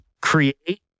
create